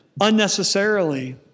unnecessarily